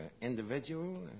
Individual